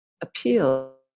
appeal